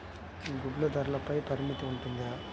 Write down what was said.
గుడ్లు ధరల పై పరిమితి ఉంటుందా?